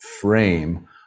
Frame